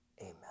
amen